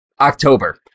October